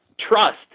trust